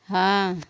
हाँ